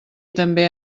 també